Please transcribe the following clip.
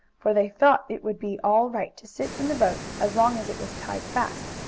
for they thought it would be all right to sit in the boat as long as it was tied fast.